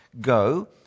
go